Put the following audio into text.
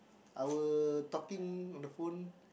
our talking on the phone